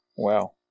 Wow